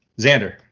xander